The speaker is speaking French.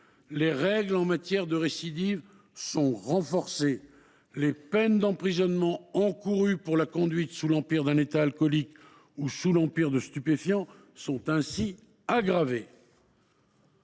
les règles en matière de récidive sont renforcées ; les peines d’emprisonnement encourues pour la conduite sous l’empire d’un état alcoolique ou sous l’emprise de stupéfiants sont aggravées.